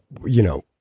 you know,